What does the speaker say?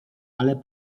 ale